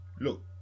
Look